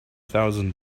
thousand